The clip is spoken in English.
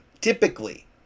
Typically